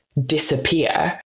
disappear